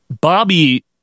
Bobby